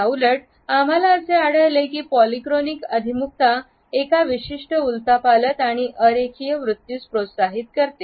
याउलट आम्हाला असे आढळले की पॉलीक्रॉनिक अभिमुखता एका विशिष्ट उलथापालथ आणि अरेखीय वृत्तीस प्रोत्साहित करते